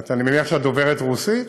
אני מניח שאת דוברת רוסית.